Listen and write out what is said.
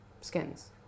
Skins